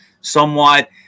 somewhat